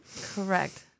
correct